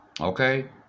okay